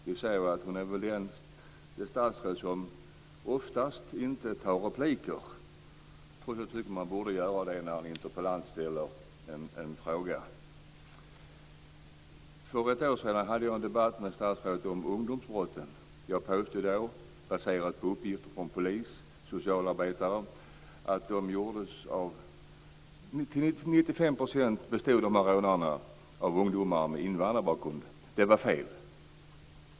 Hon är det statsråd som oftast inte tar repliker. Hon borde göra det när en interpellant ställer en fråga. För ett år sedan hade jag en debatt med statsrådet om ungdomsbrotten. Jag påstod då - och jag säger nu - att uppgifter från polis och socialarbetare visade att till 95 % var rånarna ungdomar med invandrarbakgrund. Det var fel.